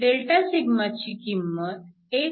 Δσ ची किंमत 1